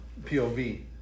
POV